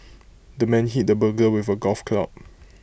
the man hit the burglar with A golf club